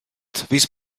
these